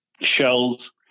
shells